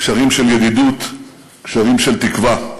גשרים של ידידות, גשרים של תקווה.